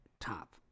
top